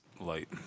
light